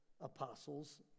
apostles